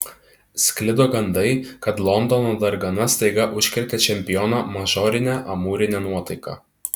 sklido gandai kad londono dargana staiga užkrėtė čempioną mažorine amūrine nuotaika